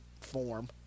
form